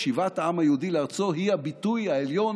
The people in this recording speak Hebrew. ושיבת העם היהודי לארצו היא הביטוי העליון,